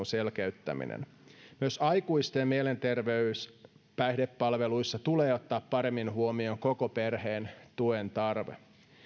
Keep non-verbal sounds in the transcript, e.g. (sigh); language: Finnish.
(unintelligible) selkeyttäminen myös aikuisten mielenterveys ja päihdepalveluissa tulee ottaa paremmin huomioon koko perheen tuen tarve